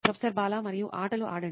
professor Bala మరియు ఆటలు ఆడండి